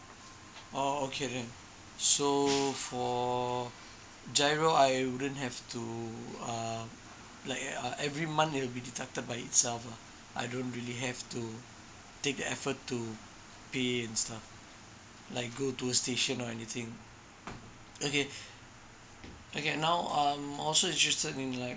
oh okay then so for G_I_R_O I wouldn't have to uh like uh every month it will be deducted by itself lah I don't really have to take the effort to pay and stuff like go to a station or anything okay okay now um also interested in like